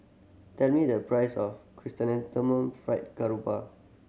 tell me the price of Chrysanthemum Fried Garoupa